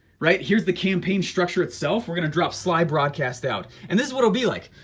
right? here's the campaign structure itself. we're going to drop sly broadcast out and this is what i'll be like,